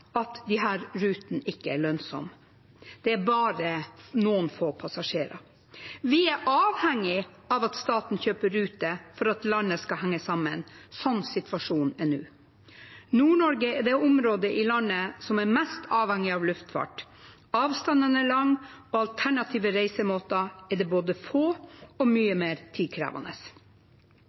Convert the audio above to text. rutene ikke er lønnsomme. Det er bare noen få passasjerer. Vi er avhengig av at staten kjøper ruter for at landet skal henge sammen, slik situasjonen er nå. Nord-Norge er det området i landet som er mest avhengig av luftfart. Avstandene er lange, og alternative reisemåter er både få og mye mer tidkrevende.